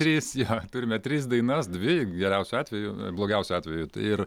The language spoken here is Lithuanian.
tris jo turime tris dainas dvi geriausiu atveju blogiausiu atveju ir